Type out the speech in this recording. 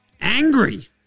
angry